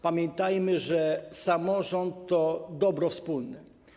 Pamiętajmy, że samorząd to dobro wspólne.